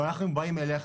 "אנחנו באים אלייך,